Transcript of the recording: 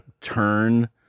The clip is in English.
turn